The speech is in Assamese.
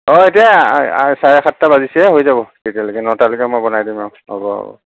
অ' এতিয়া চাৰে সাতটা বাজিছেহে হৈ যাব তেতিয়ালৈকে নটালৈকে মই বনাই দিম অ' হ'ব হ'ব